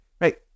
right